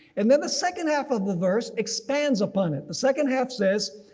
and then the second half of the verse expands upon it. the second half says,